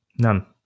None